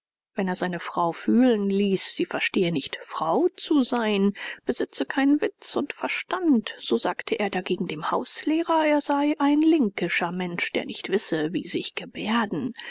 wenn er seine frau fühlen ließ sie verstehe nicht frau zu sein besitze keinen witz und verstand so sagte er dagegen dem hauslehrer er sei ein linkischer mensch der nicht wisse wie sich gebärden